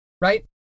right